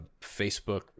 Facebook